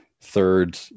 third